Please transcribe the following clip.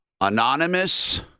anonymous